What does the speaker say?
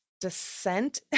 descent